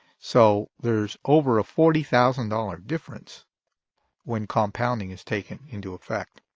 so there's over a forty thousand dollars difference when compounding is taken into effect.